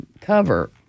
cover